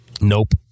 Nope